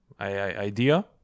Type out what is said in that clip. idea